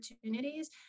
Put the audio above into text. opportunities